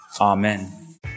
Amen